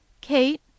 Kate